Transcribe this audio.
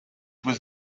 was